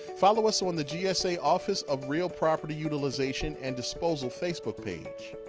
follow us on the gsa office of real property utilization and disposal facebook page.